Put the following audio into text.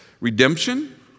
redemption